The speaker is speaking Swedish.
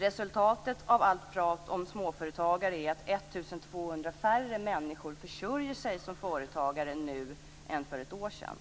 Resultatet av allt prat om småföretagare är att 1 200 färre människor försörjer sig som företagare nu än för ett år sedan.